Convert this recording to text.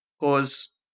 cause